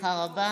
בהצלחה רבה.